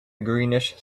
greenish